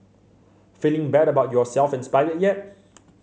feeling bad about yourself inspired yet